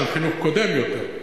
של חינוך קודם יותר.